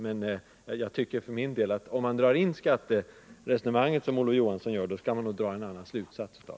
Men om man, som Olof Johansson gör, drar in skattesystemet i den här debatten, bör man dra en annan slutsats av det.